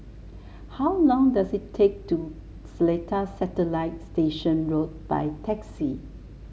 how long does it take to Seletar Satellite Station Road by taxi